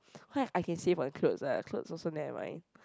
why I can save on cloth ah clothes also never mind